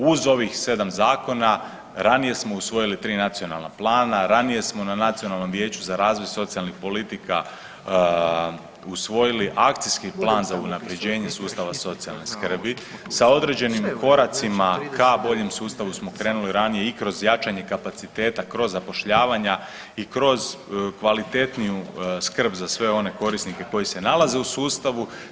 Uz ovih 7 zakona ranije smo usvojili tri nacionalna plana, ranije smo na Nacionalnom vijeću za razvoj socijalnih politika usvojili akcijski plan za unapređenje sustava socijalne skrbi sa određenim koracima ka boljem sustavu smo krenuli ranije i kroz jačanje kapaciteta kroz zapošljavanja i kroz kvalitetniju skrb za sve one korisnike koji se nalaze u sustavu.